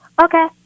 Okay